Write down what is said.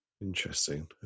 Interesting